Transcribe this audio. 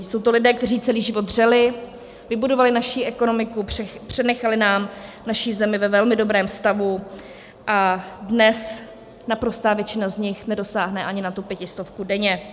Jsou to lidé, kteří celý život dřeli, vybudovali naši ekonomiku, přenechali nám naši zemi ve velmi dobrém stavu, a dnes naprostá většina z nich nedosáhne ani na tu pětistovku denně.